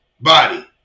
Body